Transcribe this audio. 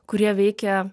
kurie veikia